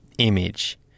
image